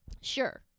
Sure